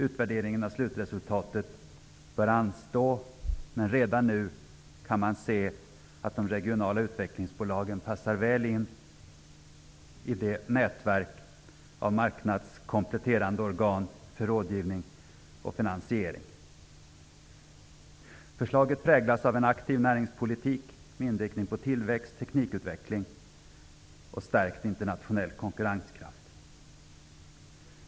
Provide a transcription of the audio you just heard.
Utvärderingen av slutresultatet bör anstå, men redan nu kan man se att de regionala utvecklingsbolagen passar väl in i nätverket av marknadskompletterande organ för rådgivning och finansiering. Förslaget präglas av en aktiv näringspolitik med inriktning på tillväxt, teknikutveckling och stärkt internationell konkurrenskraft.